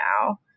now